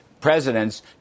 president's